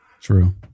True